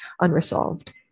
unresolved